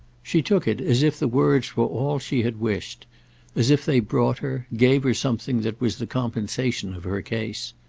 she took it as if the words were all she had wished as if they brought her, gave her something that was the compensation of her case.